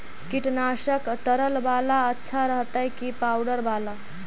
कीटनाशक तरल बाला अच्छा रहतै कि पाउडर बाला?